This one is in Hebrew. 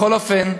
בכל אופן,